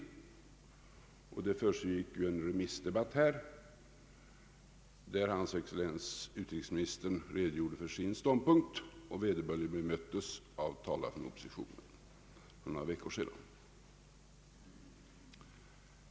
Det försiggick ju för några veckor sedan en remissdebatt där hans excellens herr utrikesministern redogjorde för sin ståndpunkt och vederbörligen bemöttes av talare från oppositionen.